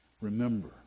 remember